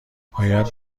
باید